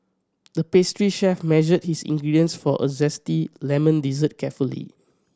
the pastry chef measured his ingredients for a zesty lemon dessert carefully